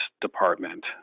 department